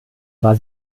war